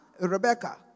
Rebecca